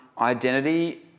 identity